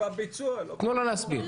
תבינו,